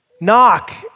Knock